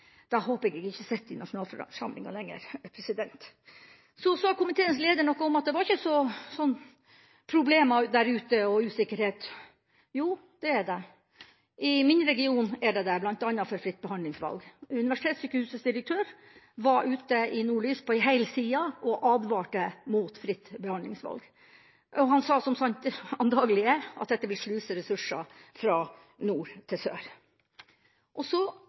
Da håper jeg at jeg ikke lenger sitter i nasjonalforsamlinga. Komiteens leder sa noe om at det ikke var problemer og usikkerhet der ute. Jo, det er det. I min region er det det, bl.a. når det gjelder fritt behandlingsvalg. Universitetssykehusets direktør advarte i avisa Nordlys – på en hel side – mot fritt behandlingsvalg. Han sa – antakelig som sant er – at dette blir å sluse ressurser fra nord til sør. Så